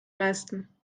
leisten